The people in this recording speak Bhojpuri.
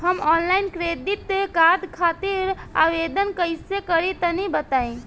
हम आनलाइन क्रेडिट कार्ड खातिर आवेदन कइसे करि तनि बताई?